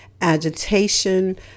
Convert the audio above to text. agitation